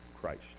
Christ